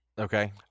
Okay